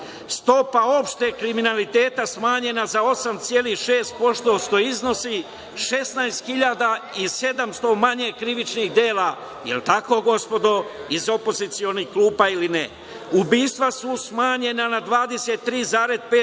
stopa opšteg kriminaliteta smanjena za 8 celih 6%, što iznosi 16.700 i manje krivičnih dela. Da li je tako gospodo iz opozicionih klupa ili ne? Ubistva su smanjena na 23,5%.